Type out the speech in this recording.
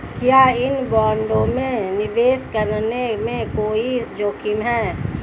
क्या इन बॉन्डों में निवेश करने में कोई जोखिम है?